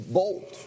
bold